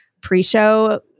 pre-show